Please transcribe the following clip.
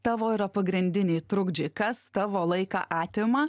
tavo yra pagrindiniai trukdžiai kas tavo laiką atima